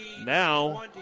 now